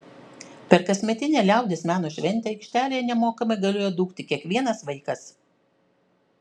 per kasmetinę liaudies meno šventę aikštelėje nemokamai galėjo dūkti kiekvienas vaikas